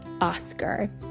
Oscar